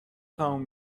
تموم